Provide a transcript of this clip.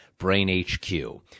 BrainHQ